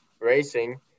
racing